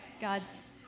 God's